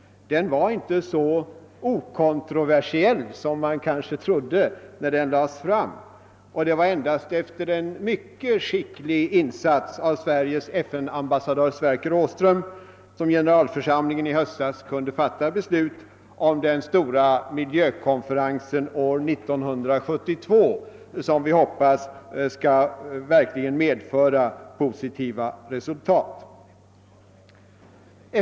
Den var inte så okontroversiell som man kanske trodde när den lades fram, och det var endast efter en mycket skicklig insats av Sveriges FN-ambassadör, Sverker Åström, som generalförsamlingen i höstas kunde fatta beslut om den stora miljökonferensen år 1972, som vi hoppas verkligen skall medföra positiva resultat.